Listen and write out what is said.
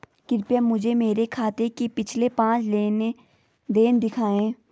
कृपया मुझे मेरे खाते के पिछले पांच लेन देन दिखाएं